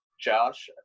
Josh